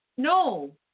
No